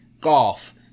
golf